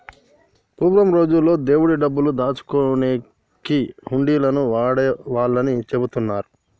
పూర్వం రోజుల్లో దేవుడి డబ్బులు దాచుకునేకి హుండీలను వాడేవాళ్ళని చెబుతున్నరు